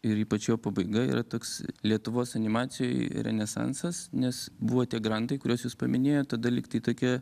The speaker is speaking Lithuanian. ir ypač jo pabaiga yra toks lietuvos animacijoj renesansas nes buvo tie grandai kuriuos jūs paminėjot tada lyg tai tokia